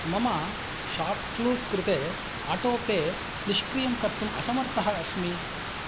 मम शाप्क्लूस् कृते आटोपे निष्क्रियं कर्तुम् असमर्थः अस्मि